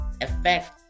effect